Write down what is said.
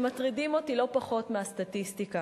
שמטרידים אותי לא פחות מהסטטיסטיקה.